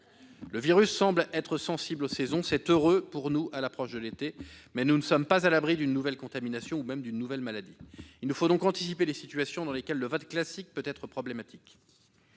Le virus semble être sensible aux saisons : c'est heureux pour nous à l'approche de l'été, mais nous ne sommes pas à l'abri d'une nouvelle contamination ou même d'une nouvelle maladie. Il nous faut donc anticiper les situations dans lesquelles le vote classique peut être problématique.